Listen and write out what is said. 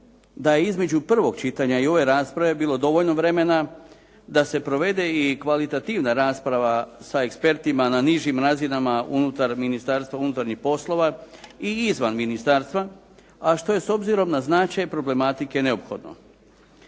da je između prvog čitanja i ove rasprave bilo dovoljno vremena da se provede i kvalitativna rasprava sa ekspertima na nižim razinama unutar Ministarstva unutarnjih poslova i izvan ministarstva, a što je s obzirom na značaj problematike neophodno.